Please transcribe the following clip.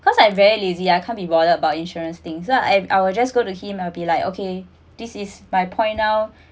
cause I very lazy I can't be bothered about insurance things so I've I will just go to him I'll be like okay this is my point now